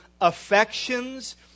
affections